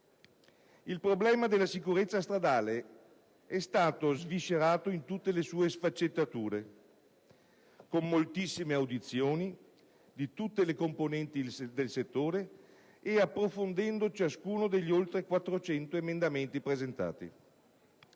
Il problema della sicurezza stradale è stato sviscerato in tutte le sue sfaccettature con moltissime audizioni di tutte le componenti del settore e approfondendo ciascuno degli oltre 400 emendamenti presentati.